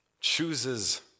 chooses